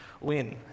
win